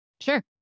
Sure